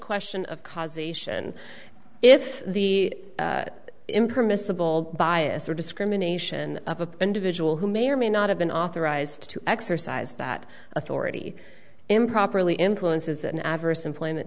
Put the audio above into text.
question of cause a sion if the impermissible bias or discrimination of a individual who may or may not have been authorized to exercise that authority improperly influences an adverse employment